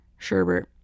sherbert